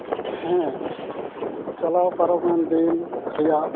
ᱦᱮᱸ ᱪᱟᱞᱟᱣ ᱯᱟᱨᱚᱢᱮᱱ ᱫᱤᱱ ᱨᱮᱭᱟᱜ